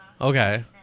Okay